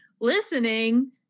listening